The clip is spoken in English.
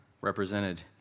represented